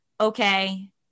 okay